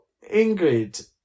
Ingrid